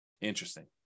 Interesting